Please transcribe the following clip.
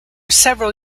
several